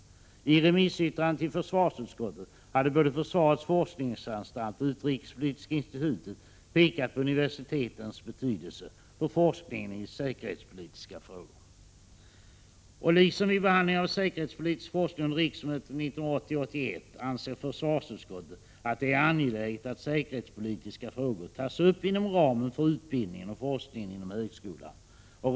I remissyttranden till försvarsutskottet hade både försvarets forskningsanstalt och utrikespolitiska institutet pekat på universitetens betydelse för forskningen i säkerhetspolitiska frågor. Liksom vid behandlingen av säkerhetspolitisk forskning under riksmötet 1980/81 anser försvarsutskottet att det är angeläget att säkerhetspolitiska frågor tas upp inom ramen för utbildningen och forskningen inom högskolan.